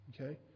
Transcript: Okay